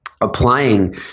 applying